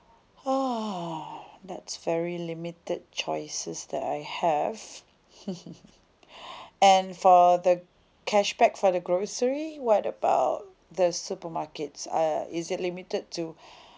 that's very limited choices that I have and for the cashback for the grocery what about the supermarkets uh is it limited to